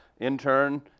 intern